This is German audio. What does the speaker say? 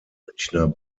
münchner